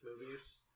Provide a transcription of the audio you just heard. movies